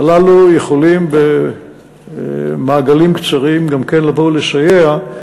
הללו יכולים במעגלים קצרים גם כן לבוא לסייע,